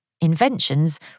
Inventions